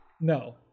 No